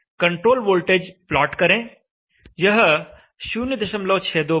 control voltage plot करें यह 062 पर है